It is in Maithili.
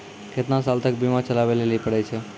केतना साल तक बीमा चलाबै लेली पड़ै छै?